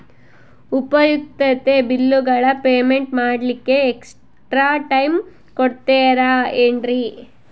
ಉಪಯುಕ್ತತೆ ಬಿಲ್ಲುಗಳ ಪೇಮೆಂಟ್ ಮಾಡ್ಲಿಕ್ಕೆ ಎಕ್ಸ್ಟ್ರಾ ಟೈಮ್ ಕೊಡ್ತೇರಾ ಏನ್ರಿ?